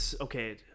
okay